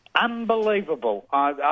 Unbelievable